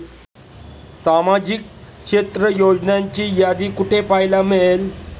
सामाजिक क्षेत्र योजनांची यादी कुठे पाहायला मिळेल?